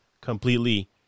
completely